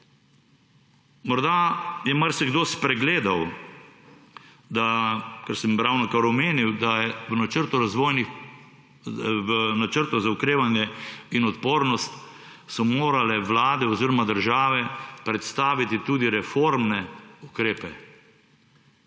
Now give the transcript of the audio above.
Morda je marsikdo spregledal, kar sem ravnokar omenil, da so v Načrtu za okrevanje in odpornost morale vlade oziroma države predstaviti tudi reformne ukrepe.